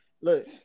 look